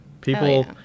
people